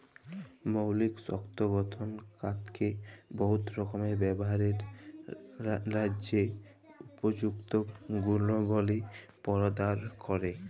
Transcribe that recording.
মৌলিক শক্ত গঠল কাঠকে বহুত রকমের ব্যাভারের ল্যাযে উপযুক্ত গুলবলি পরদাল ক্যরে